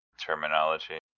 terminology